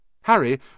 Harry